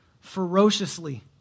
ferociously